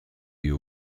you